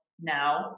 now